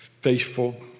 faithful